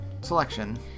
selection